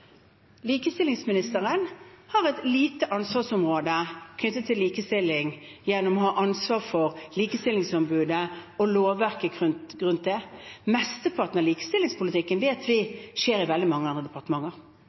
Likestillingsministeren har et lite ansvarsområde knyttet til likestilling gjennom å ha ansvar for Likestillingsombudet og lovverket rundt det. Mesteparten av likestillingspolitikken vet vi skjer i veldig mange andre departementer.